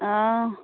অঁ